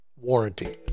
warranty